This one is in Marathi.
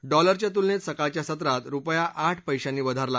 डॉलरच्या तुलनेत सकाळच्या सत्रात रुपया आठ पैशांनी वधारला